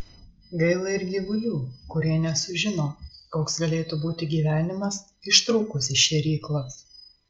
gaila ir gyvulių kurie nesužino koks galėtų būti gyvenimas ištrūkus iš šėryklos